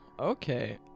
okay